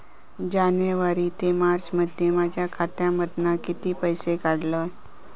जानेवारी ते मार्चमध्ये माझ्या खात्यामधना किती पैसे काढलय?